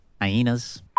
Hyenas